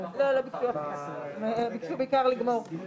בפסקה (2)